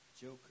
Joker